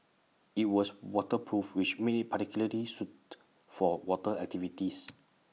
IT was waterproof which made IT particularly suited for water activities